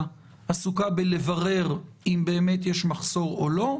עסוקה בלברר אם באמת יש מחסור או לא,